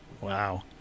Wow